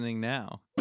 now